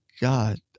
god